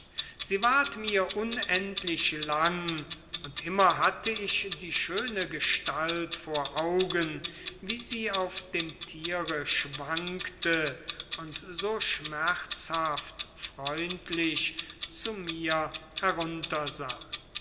sie ward mir unendlich lang und immer hatte ich die schöne gestalt vor augen wie sie auf dem tiere schwankte und so schmerzhaft freundlich zu mir heruntersah